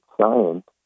science